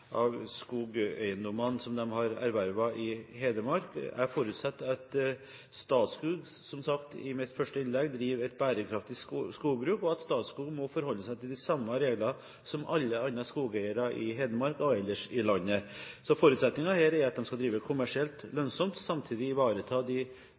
skogeiendommene som de har ervervet i Hedmark. Jeg forutsetter at Statskog, som sagt i mitt første innlegg, driver et bærekraftig skogbruk, og at Statskog forholder seg til de samme regler som alle andre skogeiere i Hedmark og ellers i landet. Forutsetningen her er at de skal drive kommersielt lønnsomt og samtidig ivareta de